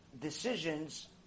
decisions